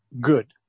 good